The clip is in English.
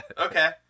Okay